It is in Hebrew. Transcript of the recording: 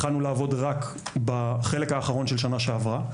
התחלנו לעבוד רק בחלק האחרון של השנה שעברה.